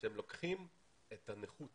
שהם לוקחים את הנכות